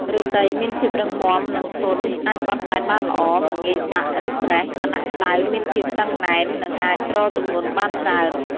ឫស្សីមានភាពរឹងមាំ និងធន់ អាចបត់បែនបានល្អ មិនងាយបាក់ ឬប្រេះ ខណៈផ្តៅមានភាពតឹងណែន និងអាចទ្រទម្ងន់បានច្រើន។